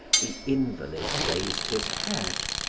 the invalid raised his head.